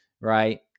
right